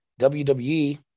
WWE